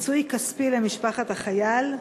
פיצוי כספי למשפחת החייל?